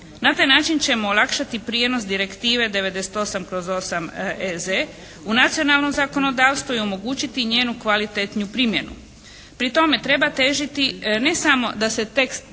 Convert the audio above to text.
Na taj način ćemo olakšati prijenos direktive 98/8EZ u nacionalno zakonodavstvo i omogućiti njenu kvalitetniju primjenu. Pri tome treba težiti ne samo da se tekst